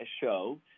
show